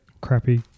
crappy